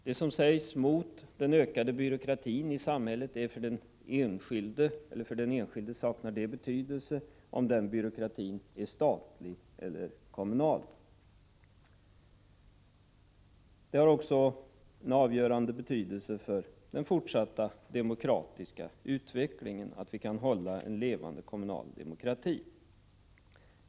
Beträffande den ökade byråkratin i samhället saknar det för den enskilde betydelse om den byråkratin är statlig eller kommunal. Det har också en avgörande betydelse för den fortsatta demokratiska utvecklingen att vi kan ha en levande kommunal demokrati.